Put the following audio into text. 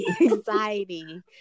anxiety